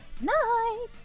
night